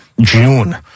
June